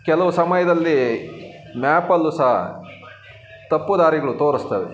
ಕೆಲವು ಸಮಯದಲ್ಲಿ ಮ್ಯಾಪಲ್ಲೂ ಸಹ ತಪ್ಪು ದಾರಿಗಳು ತೋರಿಸ್ತವೆ